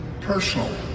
personal